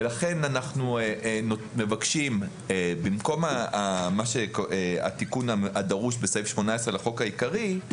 ולכן אנחנו מבקשים במקום התיקון הדרוש בסעיף 18 לחוק העיקרי,